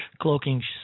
cloaking